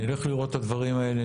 נלך לראות את הדברים האלה,